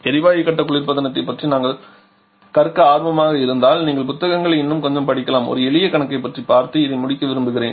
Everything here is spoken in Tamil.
எரிவாயு கட்ட குளிர்பதனத்தைப் பற்றி நீங்கள் கற்க ஆர்வமாக இருந்தால் நீங்கள் புத்தகங்களை இன்னும் கொஞ்சம் படிக்கலாம் ஒரு எளிய கணக்கைப் பற்றி பார்த்து இதை முடிக்க விரும்புகிறேன்